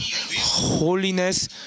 holiness